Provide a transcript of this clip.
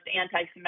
anti-Semitic